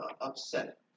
upset